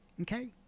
Okay